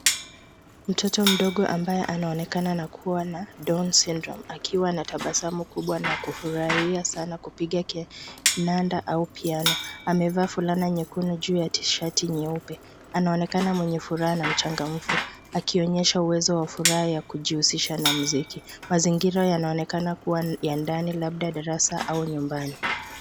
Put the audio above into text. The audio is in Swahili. Mtoto mdogo ambaye anaonekana kuwa na Down Syndrome akiwa na tabasamu kubwa na kufurahia sana kupiga kinanda au piano. Amevaa fulana nyekundu juu ya T-Shirt nyeupe. Anaonekana mwenye furaha na mchangamfu akionyesha uwezo wa furaha ya kujihusisha na muziki. Mazingira yanaonekana kuwa ya ndani labda darasa au nyumbani.